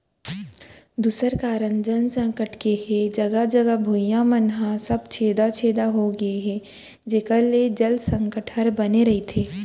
दूसर कारन जल संकट के हे जघा जघा भुइयां मन ह सब छेदा छेदा हो गए हे जेकर ले जल संकट हर बने रथे